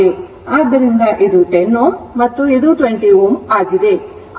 ಆದ್ದರಿಂದ ಇದು 10 Ω ಮತ್ತು ಇದು 20 is ಆಗಿದೆ